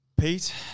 Pete